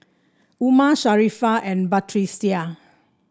Umar Sharifah and Batrisya